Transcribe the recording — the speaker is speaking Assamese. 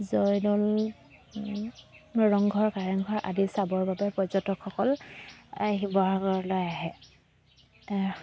জয়দৌল ৰংঘৰ কাৰেংঘৰ আদি চাবৰ বাবে পৰ্যটকসকল শিৱসাগৰলৈ আহে